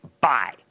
bye